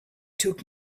took